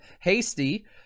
hasty